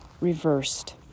reversed